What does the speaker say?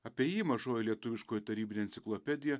apie jį mažoji lietuviškoji tarybinė enciklopedija